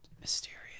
Mysterious